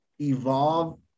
evolve